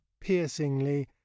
piercingly